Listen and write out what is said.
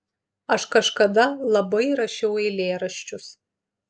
aš kažkada labai rašiau eilėraščius